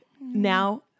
Now